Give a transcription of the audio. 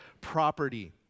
property